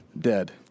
dead